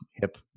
hip